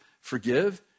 forgive